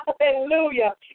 hallelujah